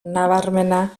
nabarmena